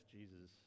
Jesus